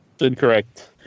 incorrect